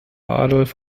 adolf